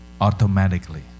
automatically